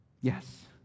Yes